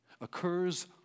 occurs